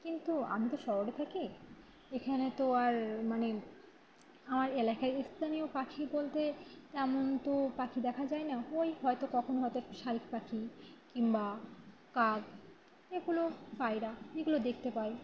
কিন্তু আমি তো শহরে থাকি এখানে তো আর মানে আমার এলাকায় স্থানীয় পাখি বলতে তেমন তো পাখি দেখা যায় না ওই হয়তো কখনও হয়তো একটা শালিক পাখি কিংবা কাক এগুলো পায়রা এগুলো দেখতে পাই